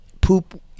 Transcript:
poop